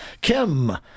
Kim